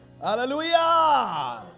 Hallelujah